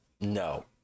No